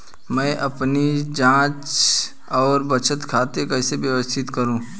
मैं अपनी जांच और बचत खाते कैसे व्यवस्थित करूँ?